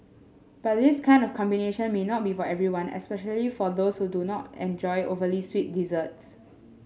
but this kind of combination may not be for everyone especially for those who don't enjoy overly sweet desserts